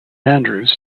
andrews